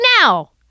now